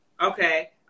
Okay